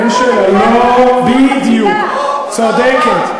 אין שאלה, בדיוק, צודקת.